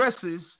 dresses